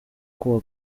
kuwa